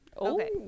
Okay